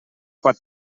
pot